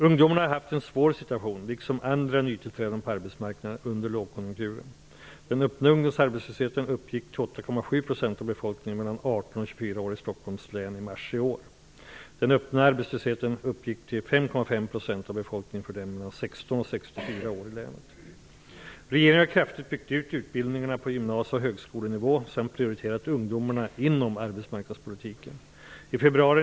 Ungdomarna har haft en svår situation, liksom andra nytillträdande på arbetsmarknaden, under lågkonjunkturen. Den öppna ungdomsarbetslösheten uppgick till 8,7 % av befolkningen mellan 18 och 24 år i Stockholms län i mars i år. Den öppna arbetslösheten uppgick till Regeringen har kraftigt byggt ut utbildningarna på gymnasie och högskolenivå samt prioriterat ungdomarna inom arbetsmarknadspolitiken.